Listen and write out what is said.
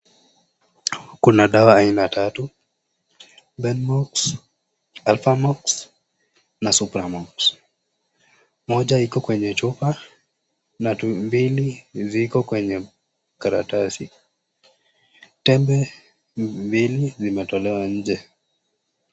Kuna dawa aina tatu lelmox aflamox na supamox moja iko kwenye chupa na mbili ziko kwenye karatasi tembe mbili zimetolewa nje.